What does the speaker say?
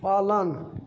पालन